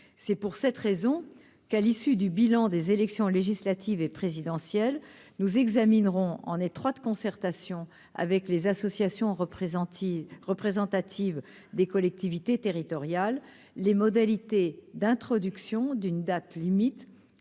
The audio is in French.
c'est pour cette raison qu'à l'issue du bilan des élections législatives et présidentielles, nous examinerons en étroite concertation avec les associations représentées représentatives des collectivités territoriales, les modalités d'introduction d'une date limite